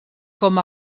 com